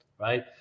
right